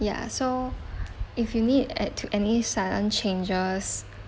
ya so if you need add to any sudden changes